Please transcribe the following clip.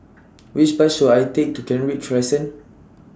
Which Bus should I Take to Kent Ridge Crescent